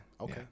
Okay